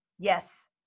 Yes